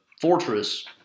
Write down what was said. fortress